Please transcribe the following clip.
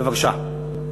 בבקשה.